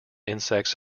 insects